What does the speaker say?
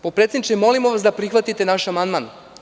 Potpredsedniče, molimo vas da prihvatite naš amandman.